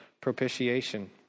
propitiation